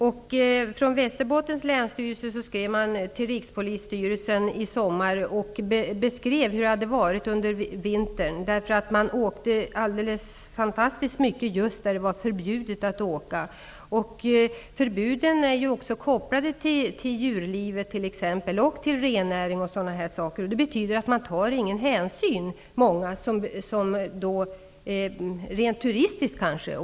Länsstyrelsen i Västerbotten skrev i somras till Rikspolisstyrelsen och beskrev hur det hade varit under vintern. Det hade åkts väldigt mycket just där det var förbjudet att åka. Förbuden är kopplade bl.a. till djurlivet och rennäringen. Många som kanske rent turistiskt åker i fjällen tar alltså inte sådana hänsyn.